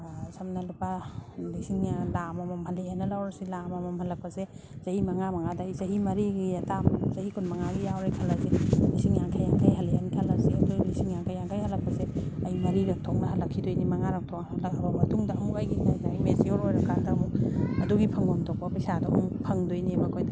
ꯁꯝꯅ ꯂꯨꯄꯥ ꯂꯤꯁꯤꯡ ꯂꯥꯛ ꯑꯃꯃꯝ ꯍꯜꯂꯛꯑꯦꯅ ꯂꯧꯔꯁꯤ ꯂꯥꯛ ꯑꯃꯃꯝ ꯍꯜꯂꯛꯄꯁꯦ ꯆꯍꯤ ꯃꯉꯥ ꯃꯉꯥꯗ ꯑꯩ ꯆꯍꯤ ꯃꯔꯤꯒꯤ ꯇꯥꯝ ꯆꯍꯤ ꯀꯨꯟ ꯃꯉꯥꯒꯤ ꯌꯥꯎꯔꯦ ꯈꯜꯂꯁꯦ ꯂꯤꯁꯤꯡ ꯌꯥꯡꯈꯩ ꯌꯥꯡꯈꯩ ꯍꯜꯂꯛꯑꯦꯅ ꯂꯧꯔꯁꯦ ꯑꯗꯨ ꯂꯤꯁꯤꯡ ꯌꯥꯡꯈꯩ ꯌꯥꯡꯈꯩ ꯍꯜꯂꯛꯄꯁꯦ ꯑꯩ ꯃꯔꯤꯔꯛ ꯊꯣꯛꯅ ꯍꯜꯂꯛꯈꯤꯗꯣꯏꯅꯤ ꯃꯉꯥꯔꯛ ꯊꯣꯛꯅ ꯂꯩꯍꯧꯔ ꯃꯇꯨꯡꯗ ꯑꯃꯨꯛ ꯑꯩ ꯃꯦꯆꯤꯌꯣꯔ ꯑꯣꯏꯔ ꯀꯥꯟꯗ ꯑꯃꯨꯛ ꯑꯗꯨꯒꯤ ꯐꯪꯐꯝ ꯊꯣꯛꯄ ꯄꯩꯁꯥꯗꯣ ꯑꯃꯨꯛ ꯐꯪꯗꯣꯏꯅꯦꯕ ꯑꯩꯈꯣꯏꯅ